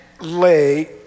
lay